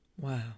Wow